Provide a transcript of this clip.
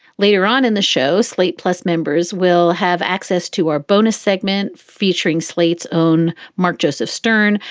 later on in the show, slate plus members will have access to our bonus segment featuring slate's own mark joseph stern.